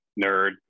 Nerd